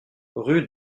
rue